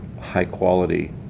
high-quality